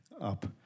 up